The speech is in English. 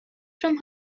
from